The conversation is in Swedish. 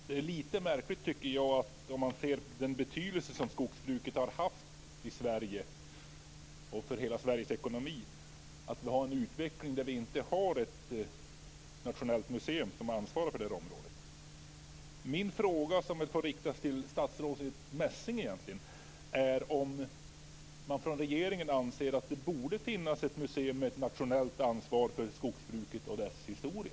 Jag tycker att det är lite märkligt, om man ser den betydelse som skogsbruket har haft för Sverige och hela Sveriges ekonomi, att vi inte har ett nationellt museum som ansvarar för det här området. Min fråga, som väl får riktas till statsrådet Messing, är om regeringen anser att det borde finnas ett museum med ett nationellt ansvar för skogsbruket och dess historia.